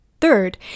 Third